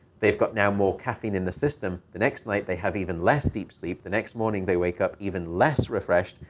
they've got now more caffeine in the system. the next night, they have even less deep sleep. the next morning, they wake up even less refreshed.